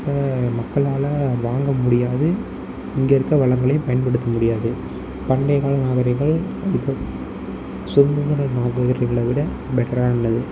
அப்போ மக்களால் வாங்க முடியாது இங்கே இருக்க வளங்களையும் பயன்படுத்த முடியாது பண்டையக்கால நாகரீகங்கள் இது சுதந்திர நாகரீகங்களை விட பெட்டரானது